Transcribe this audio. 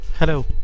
hello